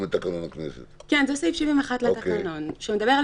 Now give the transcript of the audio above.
(ב)תקנות לפי סעיף קטן (א) יותקנו בשים